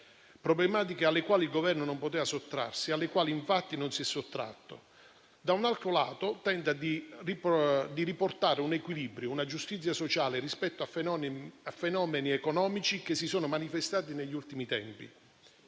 problematiche alle quali il Governo non poteva sottrarsi e alle quali, infatti, non si è sottratto; dall'altro lato tenta di riportare un equilibrio e una giustizia sociale rispetto a fenomeni economici che si sono manifestati negli ultimi tempi.